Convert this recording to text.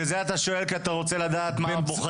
וזה אתה שואל כי אתה רוצה לדעת מה בוחרי